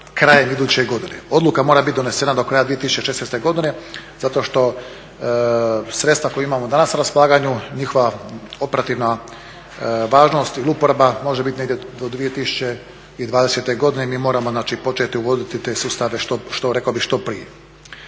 krajem iduće godine. Odluka mora biti donesena do kraja 2016. godine, zato što sredstva koja imamo danas na raspolaganju, njihova operativna važnost ili uporaba može biti do negdje 2020. godine i mi moramo početi uvoditi te sustave što, rekao